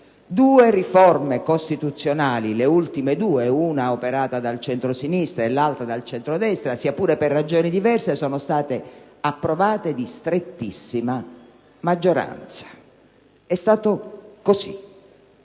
due riforme costituzionali, una operata dal centrosinistra e l'altra dal centrodestra, sia pure per ragioni diverse, sono state approvate con strettissima maggioranza. É stato così.